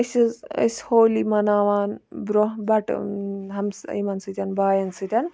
أسۍ حظ ٲسۍ ہولی مَناوان برونٛہہ بَٹہٕ ہَمسا یِمَن سۭتۍ بایَن سۭتۍ